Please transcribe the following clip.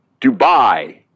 Dubai